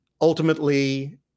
Ultimately